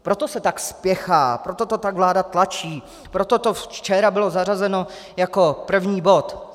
Proto se tak spěchá, proto to tak vláda tlačí, proto to včera bylo zařazeno jako první bod.